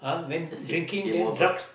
that's it game over